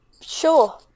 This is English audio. Sure